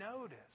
notice